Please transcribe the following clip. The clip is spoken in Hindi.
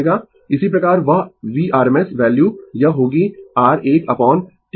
इसी प्रकार वह Vrms वैल्यू यह होगी r 1 अपोन T4 0 से T4